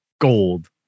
gold